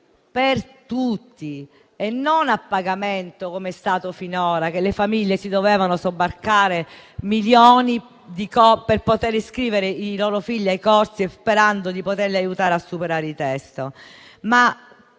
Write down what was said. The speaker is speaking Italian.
per tutti e non a pagamento, come è stato finora, per cui le famiglie si dovevano sobbarcare spese di milioni per poter iscrivere i loro figli ai corsi sperando di poterli aiutare a superare il test. Ma